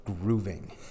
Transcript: grooving